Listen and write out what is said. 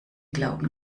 glauben